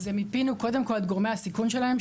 זה מיפינו קודם כל את גורמי הסיכון שלהם,